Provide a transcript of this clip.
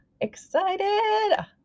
excited